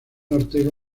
ortega